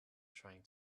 trying